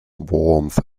warmth